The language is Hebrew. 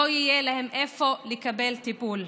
לא להם איפה לקבל טיפול.